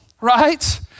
right